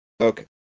Okay